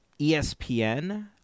ESPN